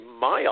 mile